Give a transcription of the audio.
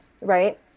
right